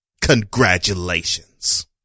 Congratulations